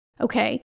okay